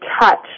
touch